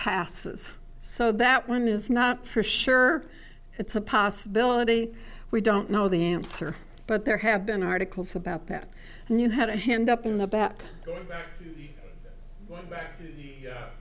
passes so that one is not for sure it's a possibility we don't know the answer but there have been articles about that and you had a hand up in the back